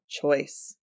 choice